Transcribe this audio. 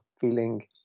feeling